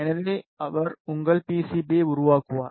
எனவே அவர் உங்கள் பிசிபியை உருவாக்குவார்